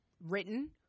written